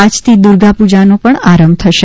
આજથી દુર્ગાપૂજનનો પણ આરંભ થશે